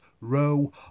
row